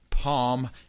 Palm